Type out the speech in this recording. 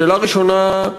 שאלה ראשונה,